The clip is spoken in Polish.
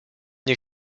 nie